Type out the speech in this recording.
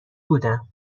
بودم